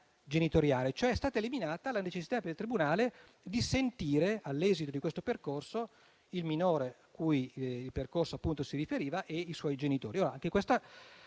genitoriale. È stata cioè eliminata la necessità del tribunale di sentire, all'esito del percorso, il minore cui il percorso si riferiva e i suoi genitori. Anche questa